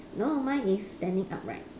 no mine is standing upright